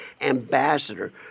Ambassador